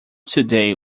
today